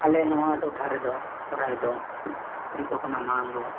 ᱟᱞᱮ ᱱᱚᱣᱟ ᱴᱚᱴᱷᱟ ᱨᱮᱫᱚ ᱥᱚᱨᱦᱟᱭ ᱫᱚ ᱡᱚᱛᱚ ᱠᱷᱚᱱᱟᱜ ᱢᱟᱲᱟᱝ ᱫᱚ